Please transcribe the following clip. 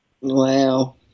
wow